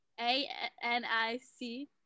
A-N-I-C